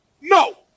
no